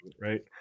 right